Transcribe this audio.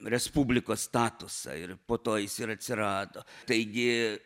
respublikos statusą ir po to jis ir atsirado taigi